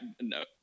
no